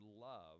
love